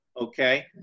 okay